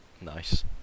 Nice